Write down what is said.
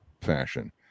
fashion